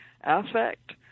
affect